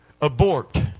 abort